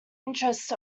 interest